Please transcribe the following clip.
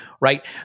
right